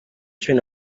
cumi